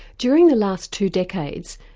during the last two decades,